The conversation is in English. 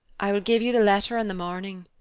i will give you the letter in the morning,